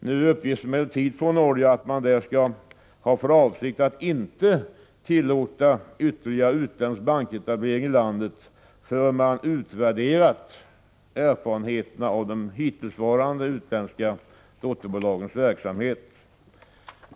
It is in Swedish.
Nu uppges emellertid från Norge att man där skulle ha för avsikt att inte tillåta ytterligare utländsk banketablering i landet förrän man utvärderat erfarenheterna av de hittillsvarande utländska dotterbankernas verksamhet.